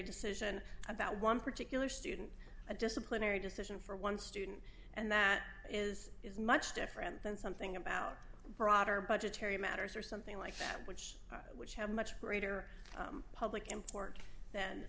decision about one particular student a disciplinary decision for one student and that is is much different than something about broader budgetary matters or something like that which which have much greater public import